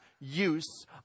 use